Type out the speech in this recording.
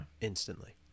instantly